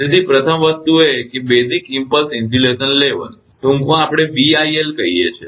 તેથી પ્રથમ વસ્તુ એ છે કે બેઝિક ઇમ્પલ્સ ઇન્સ્યુલેશન લેવલ ટૂંકમાં આપણે BILબીઆઇએલ કહીએ છીએ